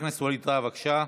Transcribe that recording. חבר הכנסת ווליד טאהא, בבקשה.